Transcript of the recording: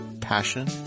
passion